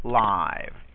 live